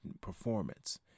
performance